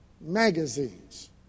magazines